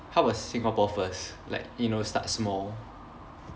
how about singapore first like you know start small